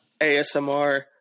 ASMR